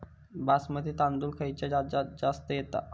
बासमती तांदूळ खयच्या राज्यात जास्त येता?